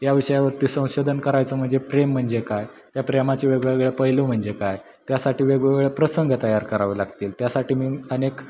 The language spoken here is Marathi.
या विषयावरती संशोधन करायचं म्हणजे प्रेम म्हणजे काय त्या प्रेमाचे वेगवेगळ्या पैलू म्हणजे काय त्यासाठी वेगवेगळे प्रसंग तयार करावे लागतील त्यासाठी मी अनेक